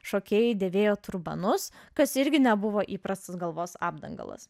šokėjai dėvėjo turbanus kas irgi nebuvo įprastas galvos apdangalas